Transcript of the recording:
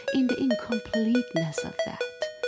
in the incompleteness of that,